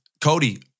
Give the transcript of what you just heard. Cody